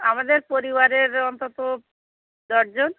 আমাদের পরিবারের অন্তত দশ জন